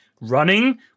running